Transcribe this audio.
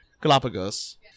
Galapagos